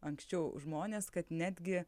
anksčiau žmonės kad netgi